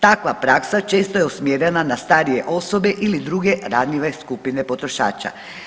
Takva praksa često je usmjerena na starije osobe ili druge ranjive skupine potrošača.